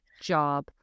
job